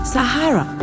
Sahara